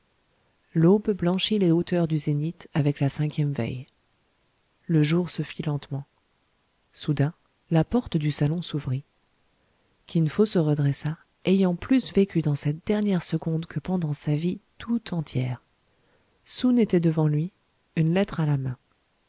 l'aube blanchit les hauteurs du zénith avec la cinquième veille le jour se fit lentement soudain la porte du salon s'ouvrit kin fo se redressa ayant plus vécu dans cette dernière seconde que pendant sa vie tout entière soun était devant lui une lettre à la main